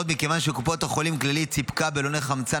מכיוון שקופת חולים כללית סיפקה בלוני חמצן